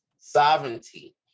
sovereignty